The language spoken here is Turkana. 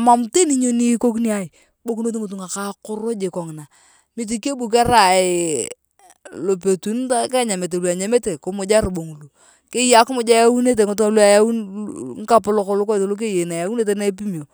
mam teni ni ikokinai kibuikinos ngitunga ka akoro jik kongina mati kebu karai lopetun dae bo kenyan lu enyamete kimuja robo ngulu keyai akimuj eyauunete ngitunga luu kapolok lukothi luuu keyei neyaunete na ipimio.